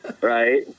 Right